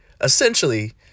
essentially